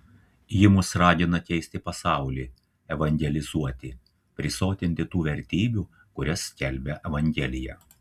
ji mus ragina keisti pasaulį evangelizuoti prisotinti tų vertybių kurias skelbia evangelija